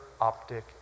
optic